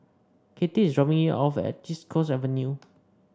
Katie is dropping me off at East Coast Avenue